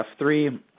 F3